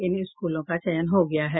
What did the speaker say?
इन स्कूलों का चयन हो गया है